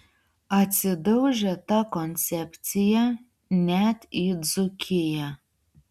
atsidaužė ta koncepcija net į dzūkiją